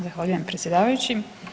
Zahvaljujem predsjedavajući.